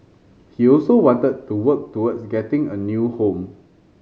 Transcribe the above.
he also wanted to work towards getting a new home